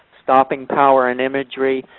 stopping power and imagery,